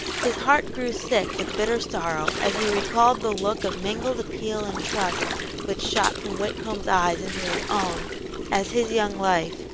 his heart grew sick with bitter sorrow as he recalled the look of mingled appeal and trust which shot from whitcomb's eyes into his own as his young life,